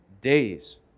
days